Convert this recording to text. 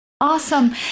Awesome